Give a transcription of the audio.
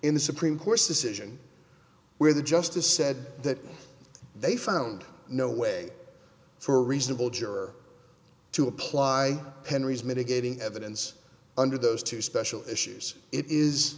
in the supreme court's decision where the justice said that they found no way for reasonable juror to apply henri's mitigating evidence under those two special issues i